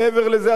מעבר לזה,